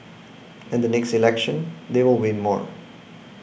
and the next election they will win more